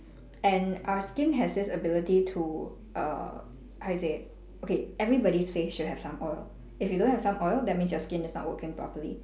and our skin has this ability to err how to say okay everybody's face should have some oil if you don't have some oil that means your skin is not working properly